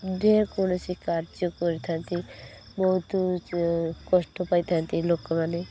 ଯେ କୌଣସି କାର୍ଯ୍ୟ କରିଥାନ୍ତି ବହୁତ କଷ୍ଟ ପାଇଥାନ୍ତି ଲୋକମାନେ